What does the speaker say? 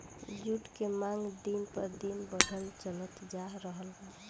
जुट के मांग दिन प दिन बढ़ल चलल जा रहल बा